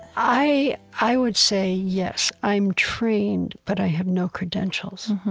i i would say, yes, i'm trained, but i have no credentials.